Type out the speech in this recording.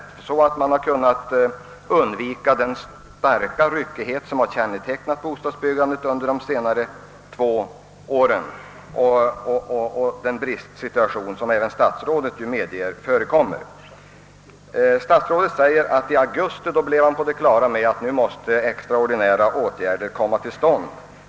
Genom en bättre planering hade man kunnat undvika den ryckighet som kännetecknat bostadsbyggandet under de senaste två åren och den bristsituation, vars förekomst även statsrådet vitsordar. Statsrådet säger, att han i augusti blev på det klara med att extraordinära åtgärder måste tillgripas.